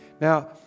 Now